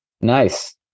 Nice